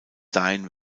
dahin